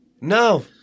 No